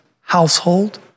household